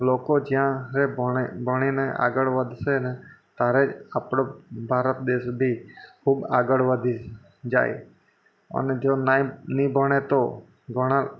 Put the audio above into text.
લોકો જ્યારે ભણે ભણીને આગળ વધશે ને તારે જ આપણો ભારત દેશ ભી ખૂબ આગળ વધી જાય અને તેઓ નાઈ નહીં ભણે તો ઘણાં